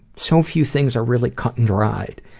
so few things are really cut and dry.